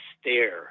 stare